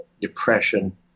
depression